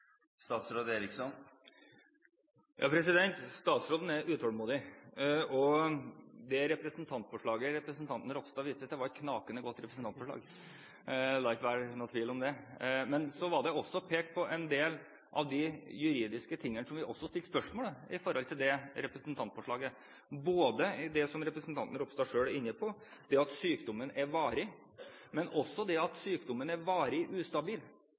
Statsråden er utålmodig. Det representantforslaget representanten Ropstad viser til, var et knakende godt representantforslag. La det ikke være noen tvil om det. Men det var også pekt på og stilt spørsmål om en del av de juridiske tingene i det representantforslaget – også om det som representanten Ropstad selv var inne på, om sykdommen er varig, eller om sykdommen er varig ustabil, noe som også er en gråsone som er